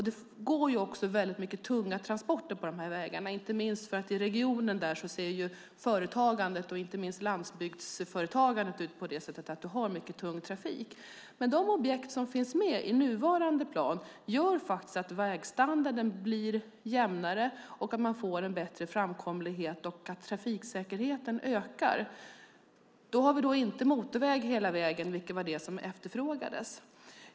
Det går också mycket tunga transporter här på grund av företagandet och inte minst landsbygdsföretagandet i regionen. De objekt som finns med i nuvarande plan gör faktiskt att vägstandarden blir jämnare, att man får en bättre framkomlighet och att trafiksäkerheten ökar. Vi har dock inte motorväg hela vägen, vilket var det som efterfrågades.